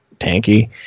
tanky